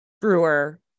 brewer